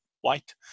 white